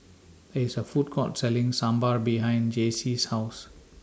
There IS A Food Court Selling Sambar behind Jaycie's House